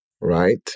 right